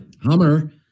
Hummer